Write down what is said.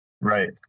right